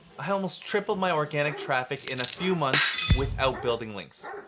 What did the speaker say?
i almost tripled my organic traffic in a few months without building links.